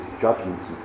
judgments